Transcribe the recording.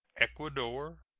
ecuador,